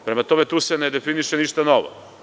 Prema tome, tu se ne definiše ništa novo.